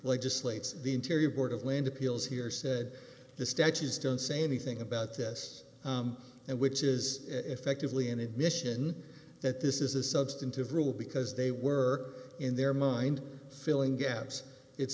legislates the interior board of land appeals here said the statues don't say anything about this and which is effectively an admission that this is a substantive rule because they were in their mind filling gaps it's